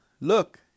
Look